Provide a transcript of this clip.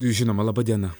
žinoma laba diena